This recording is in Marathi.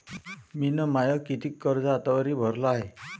मिन माय कितीक कर्ज आतावरी भरलं हाय?